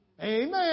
Amen